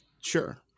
Sure